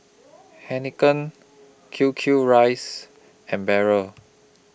Heinekein Q Q Rice and Barrel